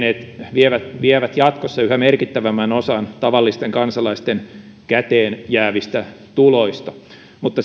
vievät vievät jatkossa yhä merkittävämmän osan tavallisten kansalaisten käteenjäävistä tuloista mutta